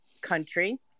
country